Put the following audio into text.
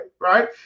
right